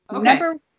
Number